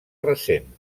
recent